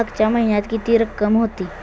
मागच्या महिन्यात किती रक्कम होती?